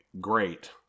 great